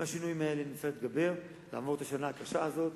נצטרך להתגבר, לעבור את השנה הקשה הזאת,